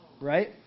right